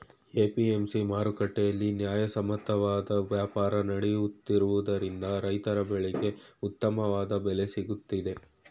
APMC ಮಾರುಕಟ್ಟೆಯಲ್ಲಿ ನ್ಯಾಯಸಮ್ಮತವಾದ ವ್ಯಾಪಾರ ನಡೆಯುತ್ತಿರುವುದರಿಂದ ರೈತರ ಬೆಳೆಗೆ ಉತ್ತಮವಾದ ಬೆಲೆ ಸಿಗುತ್ತಿದೆ